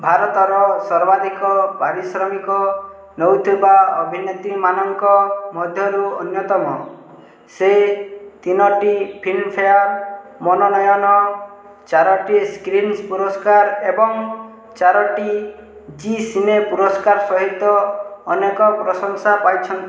ଭାରତର ସର୍ବାଧିକ ପାରିଶ୍ରମିକ ନେଉଥିବା ଅଭିନେତ୍ରୀ ମାନଙ୍କ ମଧ୍ୟରୁ ଅନ୍ୟତମ ସେ ତିନୋଟି ଫିଲ୍ମଫେୟାର୍ ମନୋନୟନ ଚାରୋଟି ସ୍କ୍ରିନ୍ ପୁରସ୍କାର ଏବଂ ଚାରୋଟି ଜି ସିନେ ପୁରସ୍କାର ସହିତ ଅନେକ ପ୍ରଶଂସା ପାଇଛନ୍ତି